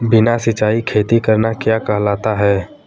बिना सिंचाई खेती करना क्या कहलाता है?